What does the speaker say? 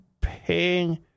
paying